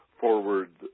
forward